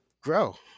grow